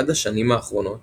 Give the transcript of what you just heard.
עד השנים האחרונות